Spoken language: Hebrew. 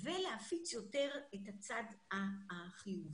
ולהפיץ יותר את הצד החיובי.